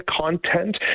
content